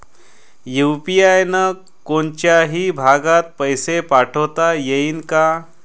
UPI न कोनच्याही भागात पैसे पाठवता येईन का?